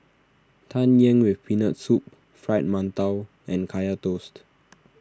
Tang Yuen with Peanut Soup Fried Mantou and Kaya Toast